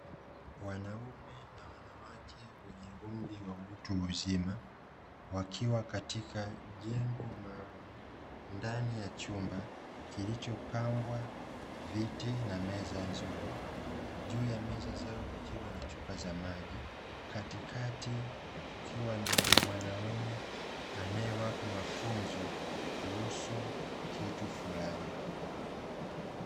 Wanaume na wanawake wenye umri wa utu uzima, wakiwa katika jengo maalumu ndani ya chumba, kilichopambwa viti na meza nzuri juu ya meza zao kukiwa na chupa za maji, kakatikati kukiwa na mwanaume anayewapa mafunzo, kuhusu kitu fulani